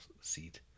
seat